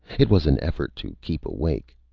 it was an effort to keep awake.